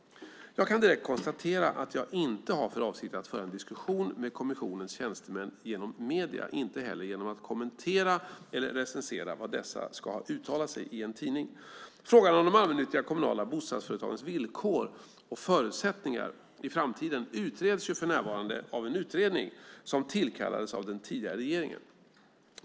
Jag kan direkt konstatera att jag inte har för avsikt att föra en diskussion med kommissionens tjänstemän genom medier, och inte heller genom att kommentera eller recensera vad dessa ska ha uttalat i en tidning. Frågan om de allmännyttiga och kommunala bostadsföretagens villkor och förutsättningar i framtiden utreds för närvarande av en utredning som tillkallades av den tidigare regeringen.